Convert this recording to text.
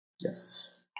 Yes